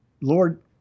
Lord